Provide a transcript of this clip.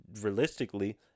realistically